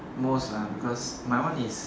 most lah because my one is